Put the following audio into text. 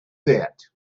that